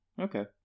okay